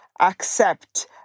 accept